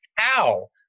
ow